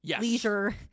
leisure